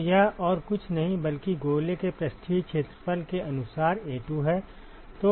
तो यह और कुछ नहीं बल्कि गोले के पृष्ठीय क्षेत्रफल के अनुसार A2 है